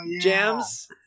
jams